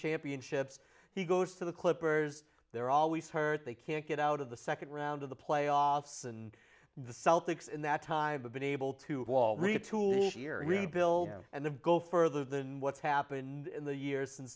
championships he goes to the clippers they're always hurt they can't get out of the second round of the playoffs and the celtics in that time been able to all retool and go further than what's happened in the years sin